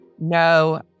no